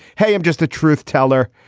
hey, i'm just a truth teller.